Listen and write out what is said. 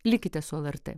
likite su lrt